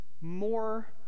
More